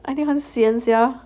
I think 很 sian sia